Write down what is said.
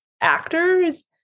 actors